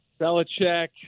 Belichick